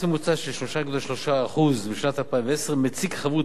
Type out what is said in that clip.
מס ממוצע של 3.3% בשנת 2010 מציג חבות